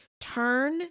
turn